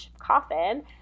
coffin